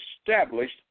established